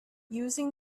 using